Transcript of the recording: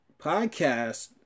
podcast